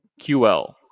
QL